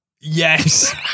Yes